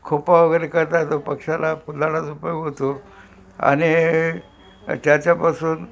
खोपा वगैरे करता येतो पक्षाला फुलालाच उपयोग होतो आणि त्याच्यापासून